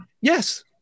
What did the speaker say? Yes